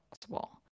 possible